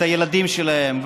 את הילדים שלהן,